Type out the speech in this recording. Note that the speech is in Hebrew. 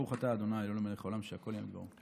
ברוך אתה ה' אלוהינו מלך העולם שהכול נהיה בדברו.